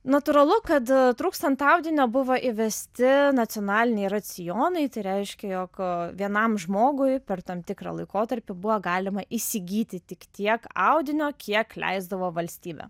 natūralu kad trūkstant audinio buvo įvesti nacionaliniai racionai tai reiškia jog vienam žmogui per tam tikrą laikotarpį buvo galima įsigyti tik tiek audinio kiek leisdavo valstybė